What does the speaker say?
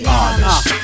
Honest